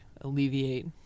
alleviate